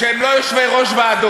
אמרת לראש הממשלה